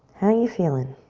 and you feelin'?